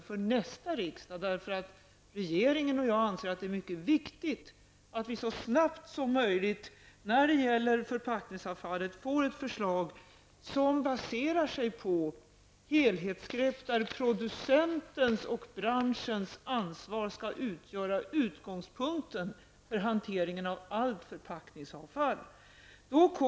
Regeringen och jag själv anser nämligen att det är viktigt att vi så snart som möjligt vad gäller förpackningsavfallet får ett förslag som baserar sig på helhetsgrepp där producentens och branschens ansvar skall utgöra utgångspunkten för hanteringen av allt förpackningsavfall.